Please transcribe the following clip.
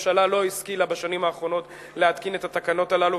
הממשלה לא השכילה בשנים האחרונות להתקין את התקנות הללו,